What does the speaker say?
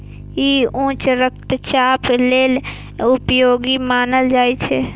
ई उच्च रक्तचाप लेल उपयोगी मानल जाइ छै